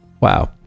Wow